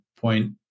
point